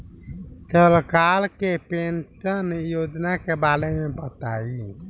सरकार के पेंशन योजना के बारे में बताईं?